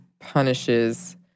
punishes